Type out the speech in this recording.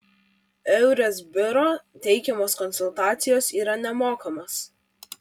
eures biuro teikiamos konsultacijos yra nemokamos